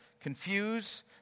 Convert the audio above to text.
confuse